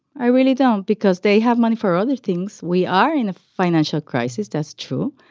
i really don't because they have money for other things. we are in a financial crisis, that's true.